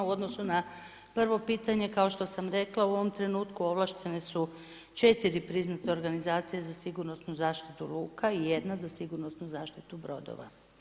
U odnosu na prvo pitanje, kao što sam rekla u ovom trenutku, ovlaštene su 4 priznate organizacije, za sigurnosno zaštitu luka, jedna, za sigurno zaštitu brodova.